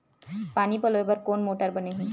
पानी पलोय बर कोन मोटर बने हे?